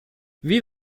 wie